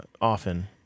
often